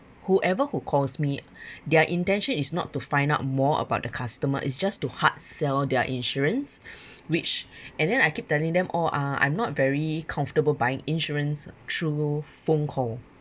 whoever who calls me their intention is not to find out more about the customer it's just to hard sell their insurance which and then I keep telling them oh uh I'm not very comfortable buying insurance through phone call